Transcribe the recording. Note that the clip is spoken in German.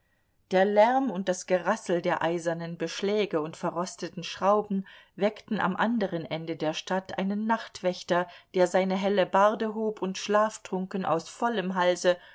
der lärm und das gerassel der eisernen beschläge und verrosteten schrauben weckten am anderen ende der stadt einen nachtwächter der seine hellebarde hob und schlaftrunken aus vollem halse